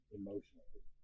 emotionally